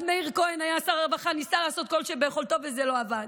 אז מאיר כהן היה שר הרווחה וניסה לעשות כל שביכולתו וזה לא עבד.